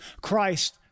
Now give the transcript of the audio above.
Christ